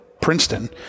Princeton